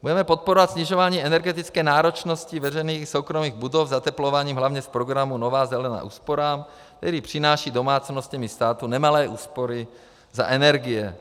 Budeme podporovat snižování energetické náročnosti veřejných i soukromých budov zateplováním hlavně z programu Nová zelená úsporám, který přináší domácnostem i státu nemalé úspory za energie.